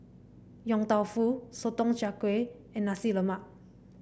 Yong Tau Foo Sotong Char Kway and Nasi Lemak